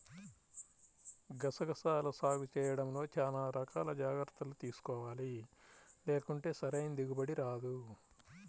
గసగసాల సాగు చేయడంలో చానా రకాల జాగర్తలు తీసుకోవాలి, లేకుంటే సరైన దిగుబడి రాదు